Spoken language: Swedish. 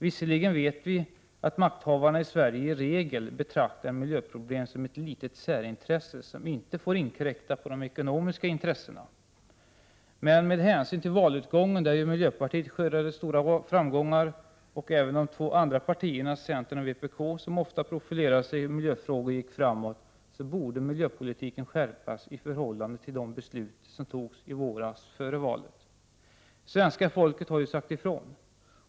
Visserligen vet vi att makthavarna i Sverige i regel betraktar miljöproblem som ett litet särintresse som inte får inkräkta på de ekonomiska intressena, men med hänsyn till valutgången — där ju miljöpartiet skördade stora framgångar, och även de två andra partierna centern och vpk, som ofta profilerar sig i miljöfrågor, gick framåt — borde miljöpolitiken skärpas i förhållande till de beslut som fattades i våras före valet. Svenska folket har ju sagt ifrån.